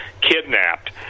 kidnapped